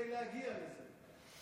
צריך להיות מאוד מוכשר כדי להגיע לזה.